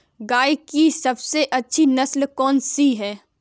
गाय की सबसे अच्छी नस्ल कौनसी है?